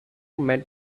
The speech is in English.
met